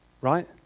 right